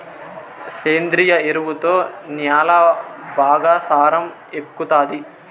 సేంద్రియ ఎరువుతో న్యాల బాగా సారం ఎక్కుతాది